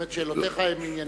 זאת אומרת: שאלותיך הן ענייניות.